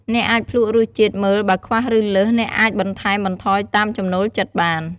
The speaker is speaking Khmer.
អ្នកអាចភ្លក្សរសជាតិមើល បើខ្វះ ឬលើស អ្នកអាចបន្ថែមបន្ថយតាមចំណូលចិត្តបាន។